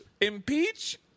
Impeach